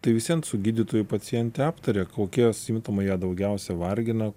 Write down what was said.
tai vis vien su gydytoju pacientė aptaria kokie simptomai ją daugiausia vargina